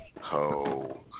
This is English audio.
Ho